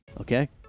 Okay